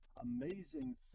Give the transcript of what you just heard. amazing